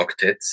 octets